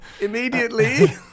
immediately